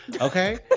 okay